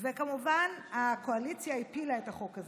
כמובן שהקואליציה הפילה את החוק הזה.